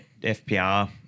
FPR